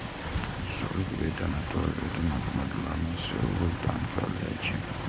शुल्क वेतन अथवा वेतनक बदला मे सेहो भुगतान कैल जाइ छै